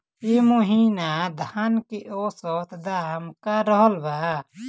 एह महीना धान के औसत दाम का रहल बा?